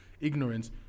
ignorance